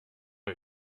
est